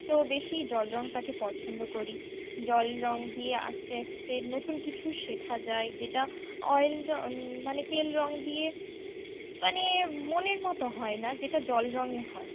তো বেশি জল রঙটাকে পছন্দ করি জল রঙ দিয়ে আঁকতে আঁকতে নতুন কিছু শেখা যায় যেটা অয়েল রঙ মানে তেল রঙ দিয়ে মানে মনের মতো হয় না যেটা জল রঙে হয়